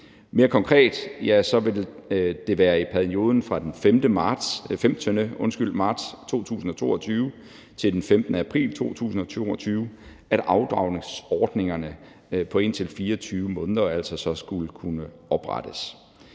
Mere konkret vil det være i perioden fra den 15. marts 2022 til den 15. april 2022 at afdragsordningerne på indtil 24 måneder altså så skulle kunne oprettes.